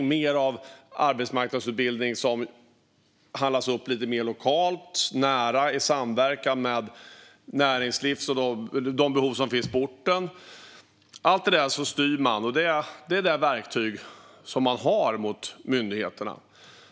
Vi kanske vill se mer av arbetsmarknadsutbildning som handlas upp lite mer lokalt i samverkan med näringslivet och utifrån de behov som finns på orten. Man styr med allt detta. Dessa är de verktyg man har gentemot myndigheterna.